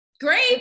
Great